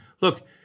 look